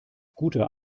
guter